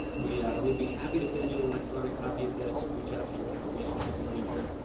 we, ah. we'd be happy to send you an electronic copy of this. reach out to your account relationship manager.